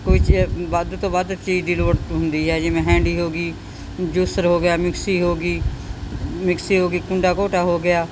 ਕੋਈ ਚ ਵੱਧ ਤੋਂ ਵੱਧ ਚੀਜ਼ ਦੀ ਲੋੜ ਹੁੰਦੀ ਹੈ ਜਿਵੇਂ ਹੈਂਡੀ ਹੋ ਗਈ ਜੂਸਰ ਹੋ ਗਿਆ ਮਿਕਸੀ ਹੋ ਗਈ ਮਿਕਸੀ ਹੋ ਗਈ ਕੁੰਡਾ ਘੋਟਾ ਹੋ ਗਿਆ